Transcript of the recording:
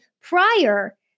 prior